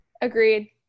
agreed